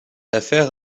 affaire